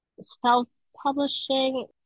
self-publishing